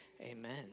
amen